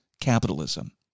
capitalism